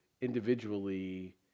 individually